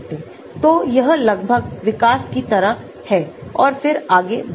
तो यह लगभग विकास की तरह है और फिर आगे बढ़ें